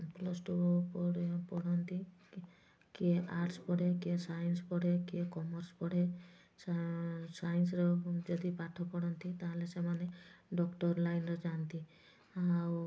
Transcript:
plus two ପଢ଼ି ପଢ଼ନ୍ତି କି କିଏ ଆର୍ଟ୍ସ୍ ପଢ଼େ କିଏ ସାଇନ୍ସ୍ ପଢ଼େ କିଏ କମର୍ସ୍ ପଢ଼େ ସାଇନ୍ସ୍ର ଯଦି ପାଠ ପଢ଼ନ୍ତି ତାହେଲେ ସେମାନେ ଡକ୍ଟର୍ ଲାଇନ୍ରେ ଯାଆନ୍ତି ଆଉ